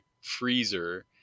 freezer